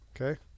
Okay